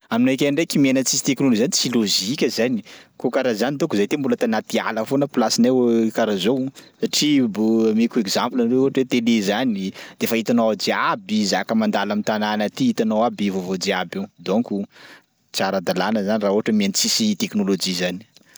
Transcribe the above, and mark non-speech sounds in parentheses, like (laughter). Aminakay ndraiky miaina tsisy teknôlôzia zany tsy lôjika zany kô karaha zany taoko zay ty mbola tanaty ala foana plasinay (hesitation) karaha zao satria bô meko exemple anareo ohatra hoe tele zany de fa itanao ao jiaby zaka mandalo am'tanana ty, hitanao aby i vaovao jiaby io donko tsy ara-dalàna zany raha ohatra hoe miainy tsisy teknôlôjia zany.